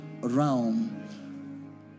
realm